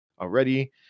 already